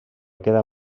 quedar